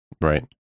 Right